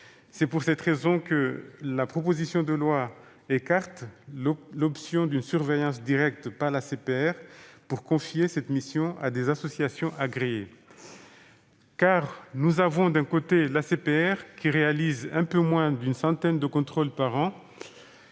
C'est pour cette raison que la proposition de loi écarte l'option d'une surveillance directe par l'ACPR, pour confier cette mission à des associations agréées. En effet, l'ACPR réalise un peu moins d'une centaine de contrôles par an,